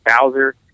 Bowser